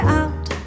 out